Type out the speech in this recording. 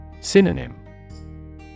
Synonym